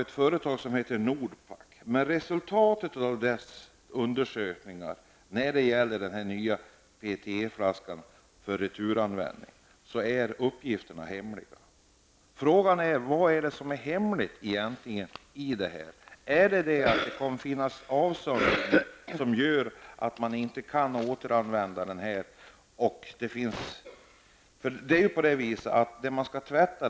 Ett företag som heter Nordpac har utfört undersökningarna, men resultatet av dessa är hemliga. Frågan är vad som egentligen är hemligt i detta sammanhang. Är det så att det uppkommer utsöndringar som gör att man inte kan återanvända flaskan?